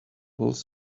both